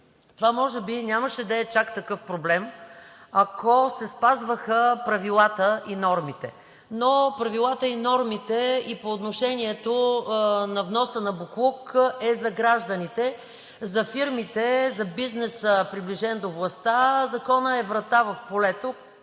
Това може би нямаше да е чак такъв проблем, ако се спазваха правилата и нормите, но правилата и нормите и по отношението на вноса на боклук са за гражданите – за фирмите, за бизнеса, приближен до властта, законът е врата в полето,